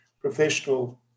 professional